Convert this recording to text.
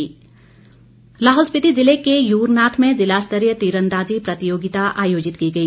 तीरंदाजी लाहौल स्पीति जिले के यूरनाथ में जिला स्तरीय तीरंदाजी प्रतियोगिता आयोजित की गई